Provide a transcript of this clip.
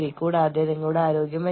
എന്തുകൊണ്ടെന്നാൽ അത് വളരെ പ്രധാനമാണ്